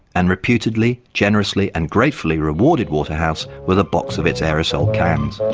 and reputedly generously and gratefully rewarded waterhouse with a box of its aerosol cans.